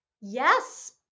Yes